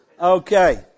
Okay